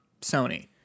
Sony